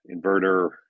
inverter